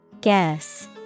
Guess